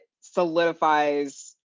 solidifies